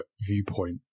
viewpoint